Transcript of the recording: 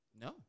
no